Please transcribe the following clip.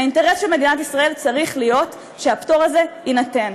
האינטרס של מדינת ישראל צריך להיות שהפטור הזה יינתן.